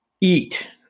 eat